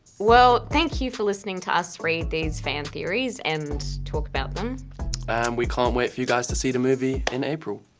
well, thank you for listening to us read these fan theories, and talk about them. and we can't wait for you guys to see the movie in april.